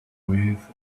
with